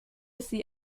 sie